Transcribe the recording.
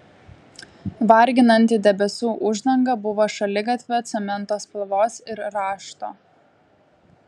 varginanti debesų uždanga buvo šaligatvio cemento spalvos ir rašto